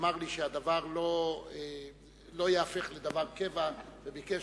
אמר לי שהדבר לא יהפוך לקבע וביקש